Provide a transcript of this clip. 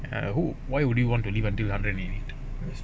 and who why would you want to live until hundred and eight